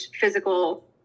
physical